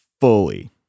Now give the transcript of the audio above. fully